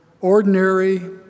ordinary